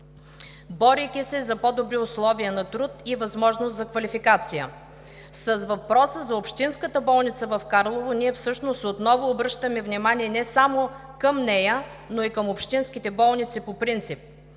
борейки се за по-добри условия на труд и възможност за квалификация. С въпроса за Общинската болница в Карлово ние всъщност отново обръщаме внимание не само към нея, но и към общинските болници по принцип.